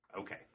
Okay